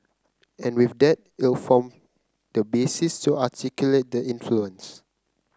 and with that it'll form the basis to articulate that influence